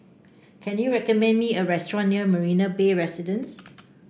can you recommend me a restaurant near Marina Bay Residences